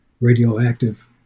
radioactive